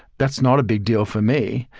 that's not a big deal for me.